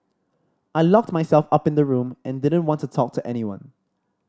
I locked myself up in the room and didn't want to talk to anyone